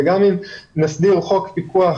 גם אם תסדירו חוק פיקוח